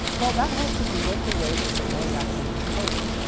well, that has to do with the way the signal is actually encoded.